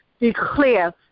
declare